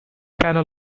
panel